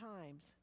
times